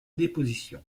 déposition